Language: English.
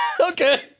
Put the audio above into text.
Okay